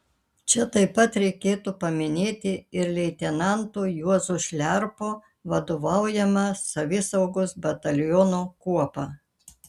čia taip pat reikėtų paminėti ir leitenanto juozo šliarpo vadovaujamą savisaugos bataliono kuopą